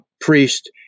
priest